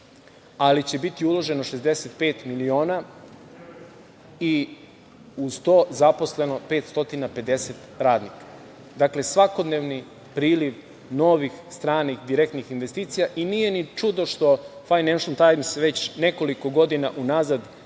ali će biti uloženo 65 miliona i uz to zaposleno 550 radnika. Dakle, svakodnevni priliv novih stranih direktnih investicija i nije ni čudo što „Fajnešl tajms“ već nekoliko godina unazad